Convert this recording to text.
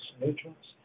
nutrients